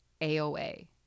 AOA